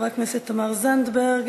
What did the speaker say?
חברת הכנסת תמר זנדברג,